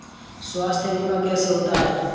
स्वास्थ्य बीमा कैसे होता है?